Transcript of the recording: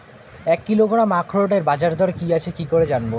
এক কিলোগ্রাম আখরোটের বাজারদর কি আছে কি করে জানবো?